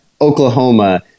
Oklahoma